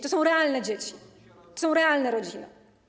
To są realne dzieci, to są realne rodziny.